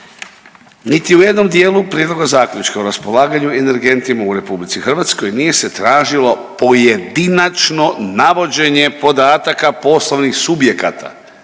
Niti u jednom dijelu Prijedloga zaključka o raspolaganju energentima u RH nije se tražilo pojedinačno navođenje podataka poslovnih subjekata